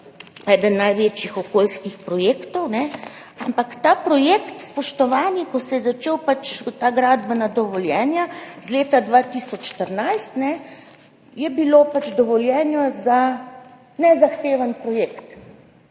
enega največjih okoljskih projektov, ampak za ta projekt, spoštovani, ko so se začela ta gradbena dovoljenja iz leta 2014, je bilo dovoljenje za nezahteven projekt.